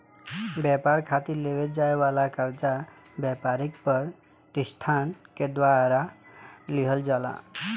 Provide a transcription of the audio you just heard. ब्यपार खातिर लेवे जाए वाला कर्जा ब्यपारिक पर तिसठान के द्वारा लिहल जाला